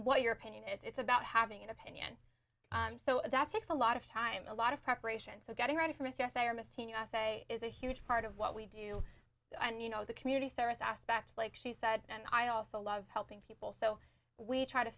what your opinion is it's about having an opinion so that's makes a lot of time a lot of preparation so getting ready for miss usa or miss teen usa is a huge part of what we do and you know the community service aspect like she said and i also love helping people so we try to